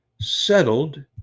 settled